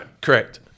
Correct